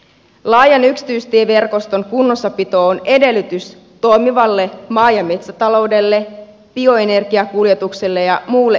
laajan yksityistieverkoston kunnossapito on edellytys toimivalle maa ja metsätaloudelle bioenergiakuljetukselle ja muulle elinkeinotoiminnalle